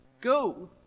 Go